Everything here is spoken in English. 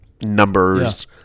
numbers